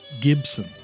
Gibson